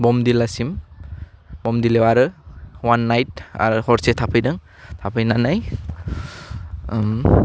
बमडिल्लासिम बमडिलायाव आरो वान नाइड आरो हरसे थाफैदों थाफैनानै ओम